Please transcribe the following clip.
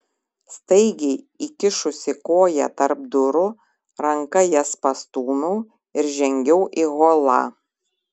staigiai įkišusi koją tarp durų ranka jas pastūmiau ir žengiau į holą